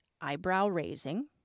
eyebrow-raising